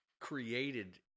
created